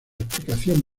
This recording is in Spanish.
explicación